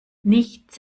nichts